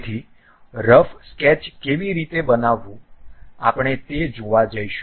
તેથી rough sketch કેવી રીતે બનાવવું આપણે તે જોવા જઈશું